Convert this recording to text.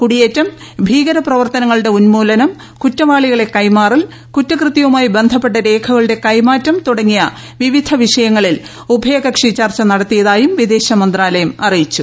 കുടിയേറ്റം ഭീകര പ്രവർത്തനങ്ങളൂടെ ഉൻമൂലനം കൂറ്റവാളികളെ കൈമാറൽ കുറ്റകൃത്യവുമായി ബന്ധപ്പെട്ട രേഖകളുടെ കൈമാറ്റം തുടങ്ങിയ വിവിധ വിഷയങ്ങളിൽ ഉഭയകക്ഷി ചർച്ച നടത്തിയതായും വിദേശകാര്യമന്ത്രാലയം അറിയിച്ചു